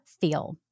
feel